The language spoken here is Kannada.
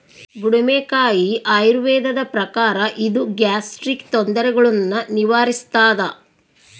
ಬುಡುಮೆಕಾಯಿ ಆಯುರ್ವೇದದ ಪ್ರಕಾರ ಇದು ಗ್ಯಾಸ್ಟ್ರಿಕ್ ತೊಂದರೆಗುಳ್ನ ನಿವಾರಿಸ್ಥಾದ